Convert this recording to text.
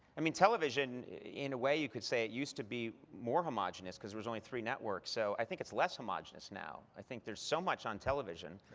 i mean, television, in a way, you could say it used to be more homogeneous, because there was only three networks. so i think it's less homogeneous now. i think there's so much on television.